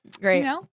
Great